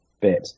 bit